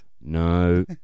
no